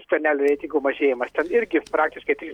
skvernelio reitingo mažėjimas irgi praktiškai tai